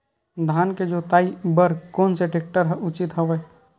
धान के जोताई बर कोन से टेक्टर ह उचित हवय?